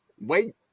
wait